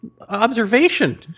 observation